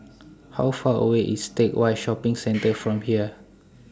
How Far away IS Teck Whye Shopping Centre from here